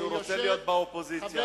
שהוא רוצה להיות באופוזיציה.